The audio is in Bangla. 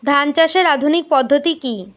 ধান চাষের আধুনিক পদ্ধতি কি?